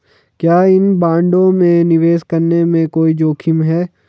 क्या इन बॉन्डों में निवेश करने में कोई जोखिम है?